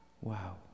Wow